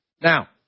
Now